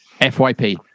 FYP